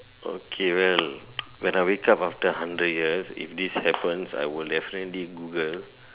okay well when I wake up after hundred years if this happen I will definitely Google